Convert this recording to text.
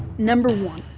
number one.